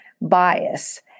bias